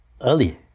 early